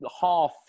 half